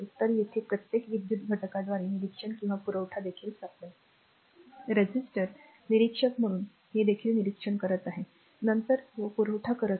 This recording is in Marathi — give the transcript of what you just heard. तर येथे प्रत्येक विद्युत घटकाद्वारे निरीक्षक किंवा पुरवठा देखील सापडेल रेझिस्टर निरीक्षक म्हणून हे देखील निरीक्षण करत आहे नंतर जो पुरवठा करत आहे